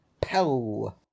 Pow